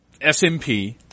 SMP